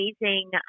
amazing